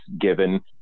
given